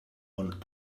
want